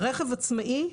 רכב עצמאי,